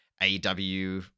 AW